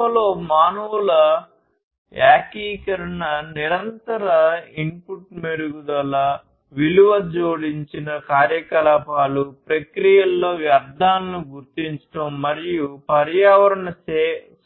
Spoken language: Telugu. మొక్కలో మానవుల ఏకీకరణ నిరంతర ఇన్పుట్ మెరుగుదల విలువ జోడించిన కార్యకలాపాలు ప్రక్రియలలో వ్యర్థాలను గుర్తించడం మరియు పర్యావరణ